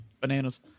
bananas